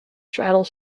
straddles